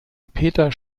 peter